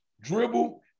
dribble